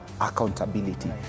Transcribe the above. accountability